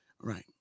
right